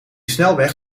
snelweg